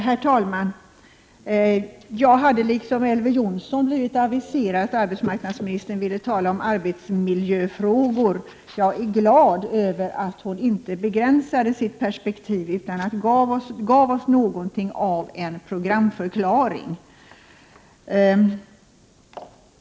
Herr talman! Jag hade, liksom Elver Jonsson, blivit aviserad att arbetsmarknadsministern ville tala om arbetsmiljöfrågor. Jag är glad över att hon inte begränsade sitt perspektiv, utan gav oss något av en programförklaring.